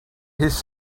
his